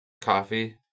coffee